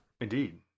Indeed